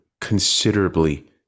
considerably